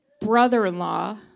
brother-in-law